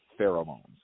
pheromones